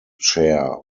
share